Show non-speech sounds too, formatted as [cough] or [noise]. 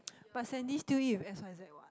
[noise] but Sandy still eat with X_Y_Z what